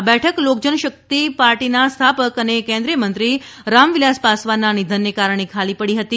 આ બેઠક લોકજનશક્તિ પાર્ટીના સ્થાપક અને કેન્દ્રીયમંત્રી રામવિલાસ પાસવાનના નિધનને કારણે ખાલી પડી હતી